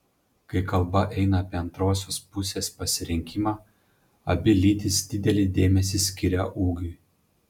kai kalba eina apie antrosios pusės pasirinkimą abi lytys didelį dėmesį skiria ūgiui